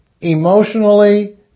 emotionally